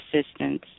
assistance